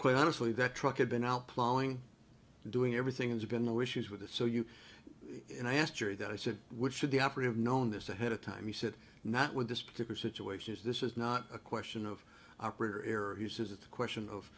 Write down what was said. quite honestly that truck had been out plowing doing everything and have been the issues with the so you and i asked her that i said which should be operative known this ahead of time he said not with this particular situation is this is not a question of operator error he says it's a question of